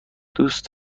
دوست